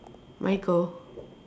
michael